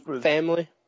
family